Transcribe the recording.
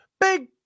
Big